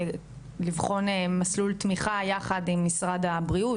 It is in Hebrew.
לבחון מסלול תמיכה יחד עם משרד הבריאות